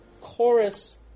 chorus